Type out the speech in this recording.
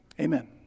Amen